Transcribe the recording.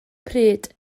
pryd